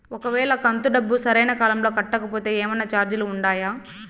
ఒక వేళ కంతు డబ్బు సరైన కాలంలో కట్టకపోతే ఏమన్నా చార్జీలు ఉండాయా?